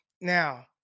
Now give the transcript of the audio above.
Now